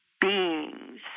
beings